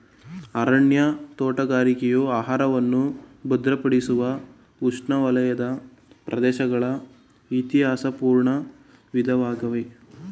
ಅರಣ್ಯ ತೋಟಗಾರಿಕೆಯು ಆಹಾರವನ್ನು ಭದ್ರಪಡಿಸುವ ಉಷ್ಣವಲಯದ ಪ್ರದೇಶಗಳ ಇತಿಹಾಸಪೂರ್ವ ವಿಧಾನವಾಗಿದೆ